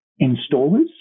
installers